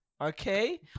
okay